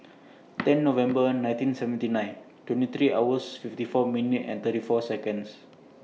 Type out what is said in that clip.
ten November nineteen seventy nine twenty three hours fifty four minute and thirty four Seconds